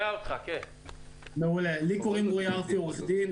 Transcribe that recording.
אני עורך-דין,